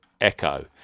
Echo